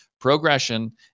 progression